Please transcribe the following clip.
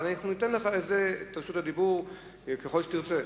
אבל אנחנו ניתן לך את רשות הדיבור ככל שתרצה.